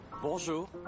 Bonjour